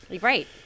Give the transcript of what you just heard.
right